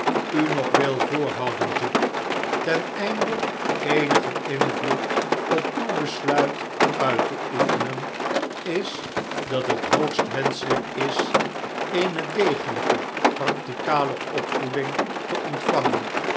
u nog wil voorhouden jupe ten einde eenigen invloed op uw besluit uit te oefenen is dat het hoogst wenschelijk is eene degelijke praeticale opvoeding te ontvangen